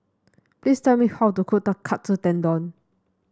please tell me how to cook Katsu Tendon